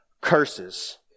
curses